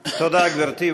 תודה, גברתי.